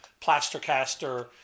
Plastercaster